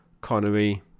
Connery